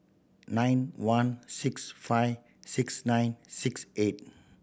nine one six five six nine six eight